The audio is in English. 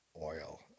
oil